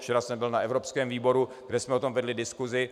Včera jsem byl na evropském výboru, kde jsme o tom vedli diskusi.